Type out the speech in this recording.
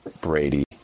Brady